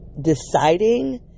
deciding